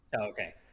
Okay